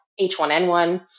H1N1